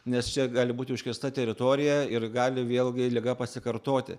nes čia gali būti užkrėsta teritorija ir gali vėlgi liga pasikartoti